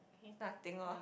nothing oh